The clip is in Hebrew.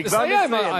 אז תסיים.